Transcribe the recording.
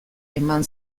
eman